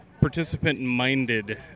participant-minded